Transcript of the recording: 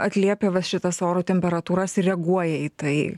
atliepia va šitas oro temperatūras ir reaguoja į tai